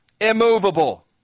immovable